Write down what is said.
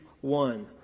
one